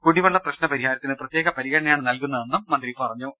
കുടിവെള്ള പ്രശ്നപരിഹാരത്തിന് പ്രത്യേക പരിഗണനയാണ് നൽകുന്നതെന്നും മന്ത്രി പറഞ്ഞു